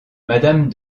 madame